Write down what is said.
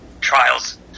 trials